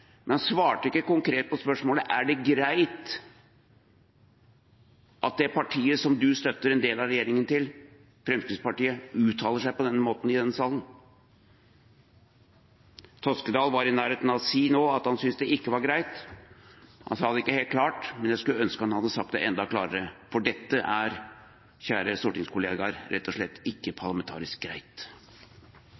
men han svarte ikke konkret på spørsmålet: Er det greit at det partiet som han støtter og som er en del av regjeringa – Fremskrittspartiet – uttaler seg på denne måten i denne salen? Toskedal var i nærheten av å si nå at han syntes det ikke var greit. Han sa det ikke helt klart. Jeg skulle ønske han hadde sagt det enda klarere, for dette er, kjære stortingskollegaer, rett og slett ikke parlamentarisk greit.